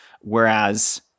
whereas